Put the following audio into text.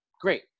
Great